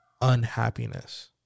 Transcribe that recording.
unhappiness